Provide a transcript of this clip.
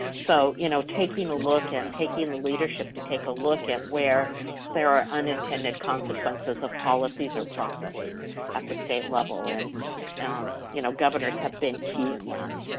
so you know, taking a look and taking leadership to take a look at where there are unintended consequences of policies or processes at the state level, and um you know, governors have been key in that,